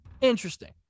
interesting